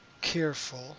careful